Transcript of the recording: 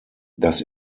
das